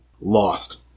lost